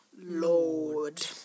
Lord